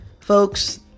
Folks